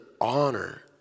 honor